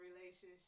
relationship